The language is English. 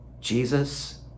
Jesus